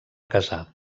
casar